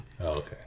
Okay